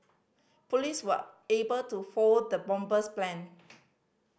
police were able to foil the bomber's plan